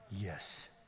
Yes